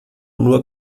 nur